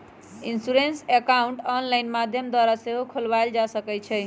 insurance account online माध्यम द्वारा सेहो खोलबायल जा सकइ छइ